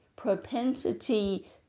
propensity